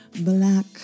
Black